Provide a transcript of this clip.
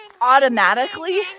automatically